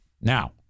Now